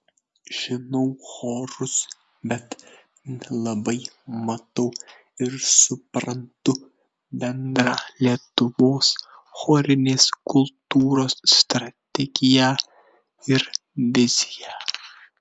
žinau chorus bet nelabai matau ir suprantu bendrą lietuvos chorinės kultūros strategiją ir viziją